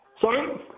Sorry